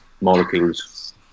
molecules